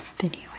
video